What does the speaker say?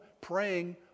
praying